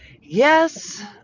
yes